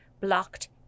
blocked